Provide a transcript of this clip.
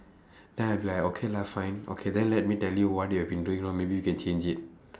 then I will be like okay lah fine okay then let me what you have been doing wrong maybe you can change it